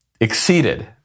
exceeded